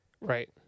Right